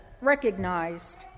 recognized